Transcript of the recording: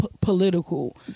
political